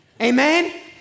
amen